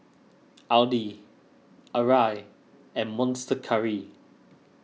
Audi Arai and Monster Curry